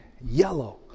yellow